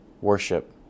worship